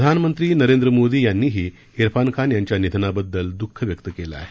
प्रधानमंत्री नरेंद्र मोदी यांनीही इरफान खान यांच्या निधनाबद्दल दुःख व्यक्त केलं आहे